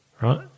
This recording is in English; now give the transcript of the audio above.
right